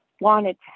wanted